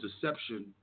deception